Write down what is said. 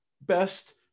best